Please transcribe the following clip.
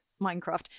Minecraft